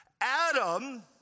Adam